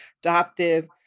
adoptive